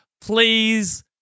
Please